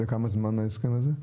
לכמה זמן ההסכם הזה?